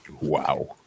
Wow